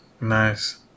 Nice